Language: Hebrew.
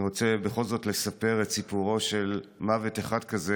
אני רוצה לספר את סיפורו של מוות אחד כזה,